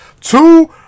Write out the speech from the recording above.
two